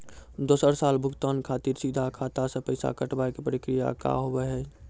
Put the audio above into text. दोसर साल भुगतान खातिर सीधा खाता से पैसा कटवाए के प्रक्रिया का हाव हई?